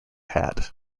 had